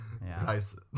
Nice